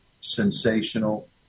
sensational